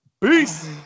Peace